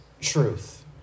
truth